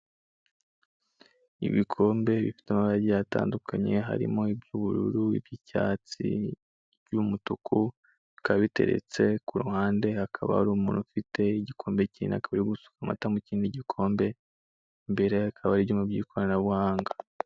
Ibikombe bifite amabara agiye atandukanye harimo iby'ubururu, iby'icyatsi, n'umutuku, bikaba biteretse ku ruhande hakaba hari umuntu ufite igikombe kinini akaba ari gusuka amata mu kindi gikombe, imbere ye hakaba hari ibyuma by'ikoranabuhanga.